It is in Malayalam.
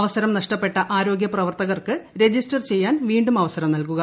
അവസരം നഷ്ടപ്പെട്ട ആരോഗ്യ പ്രവർത്തകർക്ക് രജിസ്റ്റർ ചെയ്യാൻ വീണ്ടും അവസരം നൽകുക